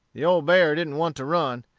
the old bear didn't want to run,